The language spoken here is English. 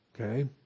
Okay